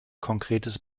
konkretes